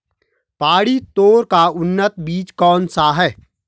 पहाड़ी तोर का उन्नत बीज कौन सा है?